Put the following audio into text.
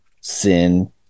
sin